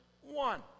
one